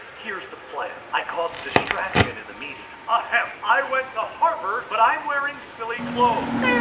here's the plan i cause a distraction in the media ahem i went to harvard but i'm wearing silly clothes